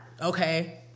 Okay